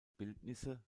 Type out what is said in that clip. bildnisse